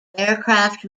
aircraft